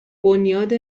بنیاد